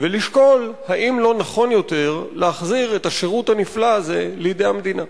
ולשקול אם לא נכון יותר להחזיר את השירות הנפלא הזה לידי המדינה.